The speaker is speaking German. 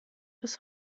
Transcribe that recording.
bis